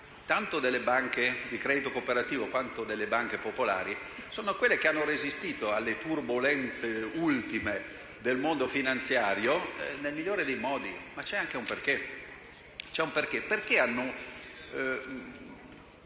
tanto le banche di credito cooperativo quanto quelle popolari sono quelle che hanno resistito alle turbolenze ultime del mondo finanziario nel migliore dei modi e c'è un perché.